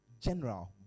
General